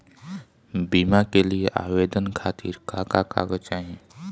बीमा के लिए आवेदन खातिर का का कागज चाहि?